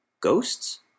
ghosts